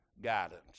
Guidance